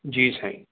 जी साईं